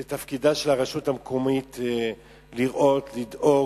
זו תפקידה של הרשות המקומית לראות, לדאוג,